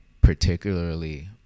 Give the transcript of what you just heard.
particularly